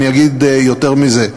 אני אגיד יותר מזה.